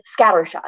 scattershot